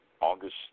August